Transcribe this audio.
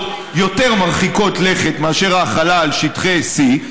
יותר מרחיקות לכת מאשר ההחלה על שטחי C,